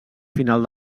final